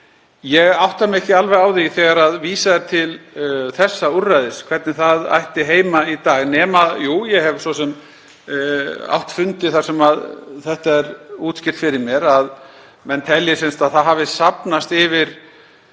Ég átta mig ekki alveg á því þegar vísað er til þessa úrræðis hvernig það ætti heima í dag nema jú, ég hef svo sem átt fundi þar sem það er útskýrt fyrir mér að menn telja að safnast yfir